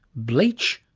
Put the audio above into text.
bleach?